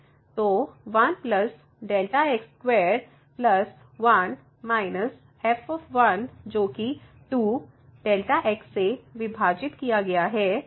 तो1Δ x21 f जोकि 2 Δ x से विभाजित किया गया है